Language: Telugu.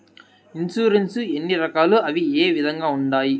ఇన్సూరెన్సు ఎన్ని రకాలు అవి ఏ విధంగా ఉండాయి